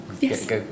Yes